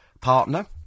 partner